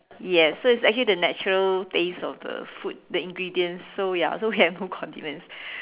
yes so is actually the natural taste of the food the ingredients so ya so we have no condiments